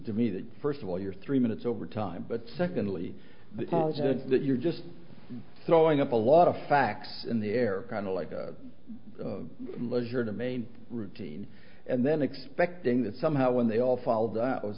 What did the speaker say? to me that first of all you're three minutes overtime but secondly that you're just throwing up a lot of facts in the air kind of like the leisure to main routine and then expecting that somehow when they all follow th